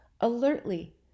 alertly